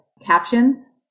captions